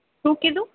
શું કીધું